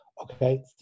Okay